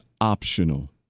optional